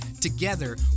Together